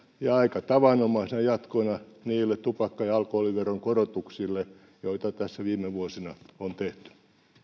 ja aika tavanomaisena jatkona niille tupakka ja alkoholiveron korotuksille joita viime vuosina on tehty